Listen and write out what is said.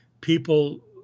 People